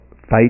fight